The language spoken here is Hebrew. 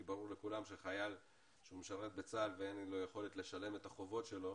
כי ברור לכולם שחייל שהוא משרת בצה"ל ואין לו יכולת לשלם את החובות שלו,